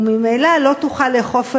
וממילא לא תוכל לאכוף עליהם.